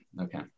Okay